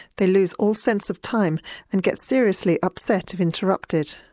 they lose all sense of time and get seriously upset if interrupted.